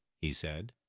he said,